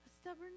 stubborn